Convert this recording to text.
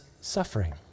suffering